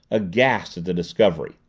aghast at the discovery.